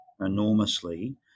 enormously